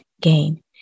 gain